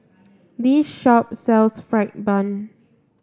this shop sells fried bun